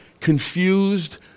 confused